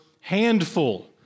handful